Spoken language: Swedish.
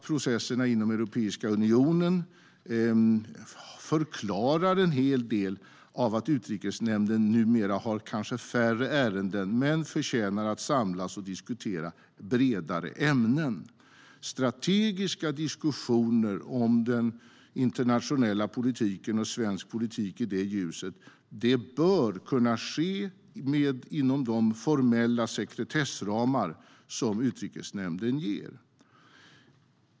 Processerna inom Europeiska unionen förklarar till en del varför Utrikesnämnden numera kanske har färre ärenden men ändå förtjänar att samlas för att diskutera bredare ämnen. Strategiska diskussioner om den internationella politiken och svensk politik i det ljuset bör kunna ske inom de formella sekretessramar som Utrikesnämnden ger.